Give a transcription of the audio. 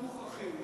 לא מוכרחים.